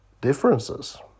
differences